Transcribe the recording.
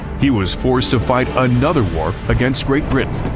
he was forced to fight another war against great britain,